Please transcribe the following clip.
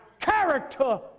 character